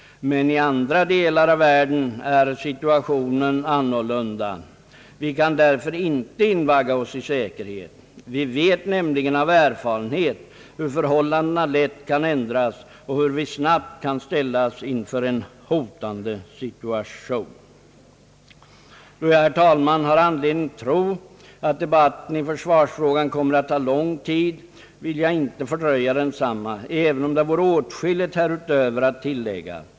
Men i andra delar av världen är situationen annorlunda. Vi kan därför inte invagga oss i säkerhet. Vi vet nämligen av erfarenhet hur förhållandena lätt kan ändras och hur vi snabbt kan ställas inför en hotande situation. Då jag, herr talman, har anledning tro att debatten i försvarsfrågan kommer att ta ganska lång tid vill jag inte fördröja densamma även om det vore åtskilligt härutöver att tillägga.